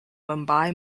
mumbai